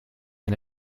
and